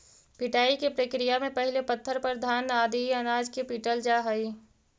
पिटाई के प्रक्रिया में पहिले पत्थर पर घान आदि अनाज के पीटल जा हइ